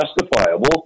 justifiable